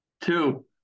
two